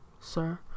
sir